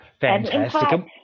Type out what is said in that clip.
Fantastic